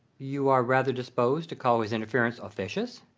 you are rather disposed to call his interference officious?